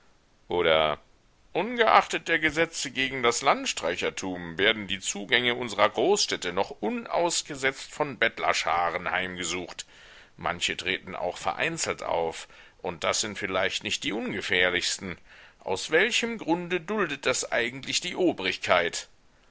oder ungeachtet der gesetze gegen das landstreichertum werden die zugänge unsrer großstädte noch unausgesetzt von bettlerscharen heimgesucht manche treten auch vereinzelt auf und das sind vielleicht nicht die ungefährlichsten aus welchem grunde duldet das eigentlich die obrigkeit